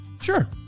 Sure